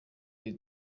iri